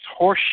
horseshit